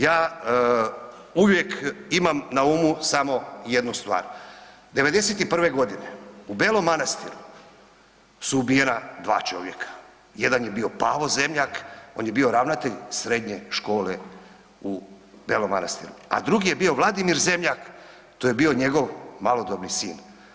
Ja uvijek imam na umu samo jednu stvar, '91. godine u Belom Manastiru su ubijena dva čovjeka, jedan je bio Pavo Zemljak, on je bio ravnatelj srednje škole u Belom Manastiru, a drugi je bio Vladimir Zemljak, to je bio njegov malodobni sin.